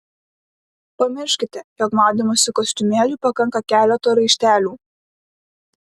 pamirškite jog maudymosi kostiumėliui pakanka keleto raištelių